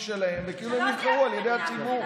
שלהם וכאילו הם נבחרו על ידי הציבור.